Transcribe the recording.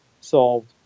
solved